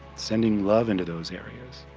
sending love into those areas.